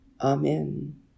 Amen